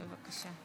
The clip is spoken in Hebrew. בבקשה.